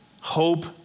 Hope